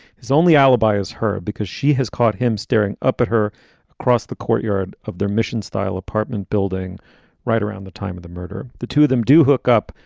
his only alibi is her because she has caught him staring up at her across the courtyard of their mission style apartment building right around the time of the murder. the two of them do hook up,